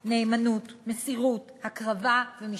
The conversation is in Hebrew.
נאמנות, מסירות, הקרבה ומשפחה,